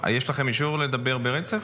יש לכם אישור לדבר ברצף?